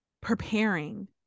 preparing